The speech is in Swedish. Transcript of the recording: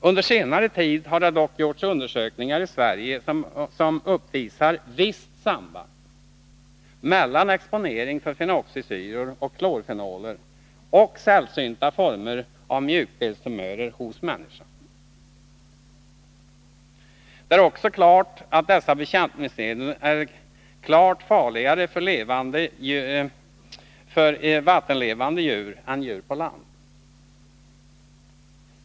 Under senare tid har det dock gjorts undersökningar i Sverige som uppvisar visst samband mellan exponering för fenoxisyror och klorfenoler och sällsynta former av mjukdelstumörer hos människan. Det är också klart att dessa bekämpningsmedel är klart farligare för vattenlevande djur än för djur på land.